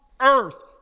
earth